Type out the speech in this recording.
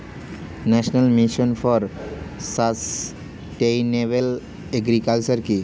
National mission for sustainable agriculture কি?